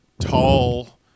tall